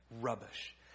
rubbish